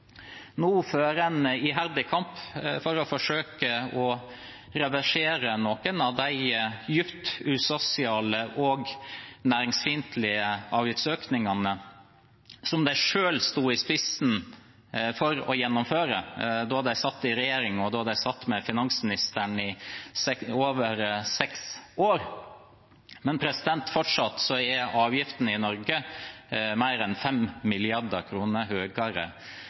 nå fører en iherdig kamp for å forsøke å reversere noen av de dypt usosiale og næringsfiendtlige avgiftsøkningene som de selv sto i spissen for å gjennomføre da de satt i regjering og satt med finansministeren i over seks år. Men fortsatt er avgiftene i Norge mer enn